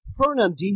Fernandinho